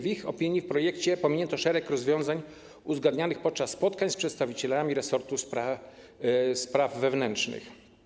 W ich opinii w projekcie pominięto szereg rozwiązań uzgadnianych podczas spotkań z przedstawicielami resortu spraw wewnętrznych.